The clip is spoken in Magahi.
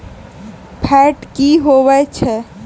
फैट की होवछै?